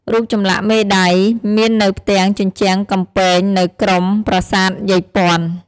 រូបចម្លាក់មេដាយ មាននៅផ្ទៃជញ្ជាំងកំពែងនៅក្រុមប្រាសាទយាយព័ន្ធ។